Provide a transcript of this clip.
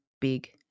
big